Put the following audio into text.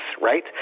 right